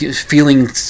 feeling